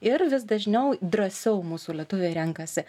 ir vis dažniau drąsiau mūsų lietuviai renkasi